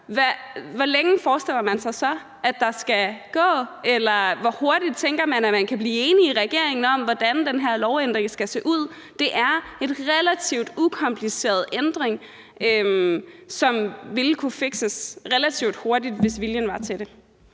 hvor længe forestiller man sig så at der skal gå, eller hvor hurtigt tænker man at man kan blive enige i regeringen om, hvordan den her lovændring skal se ud? Det er en relativt ukompliceret ændring, som vil kunne fikses relativt hurtigt, hvis viljen var til det.